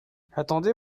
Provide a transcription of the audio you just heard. attendez